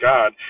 God